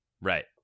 Right